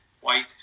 white